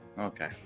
okay